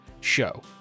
show